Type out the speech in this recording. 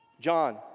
John